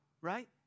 right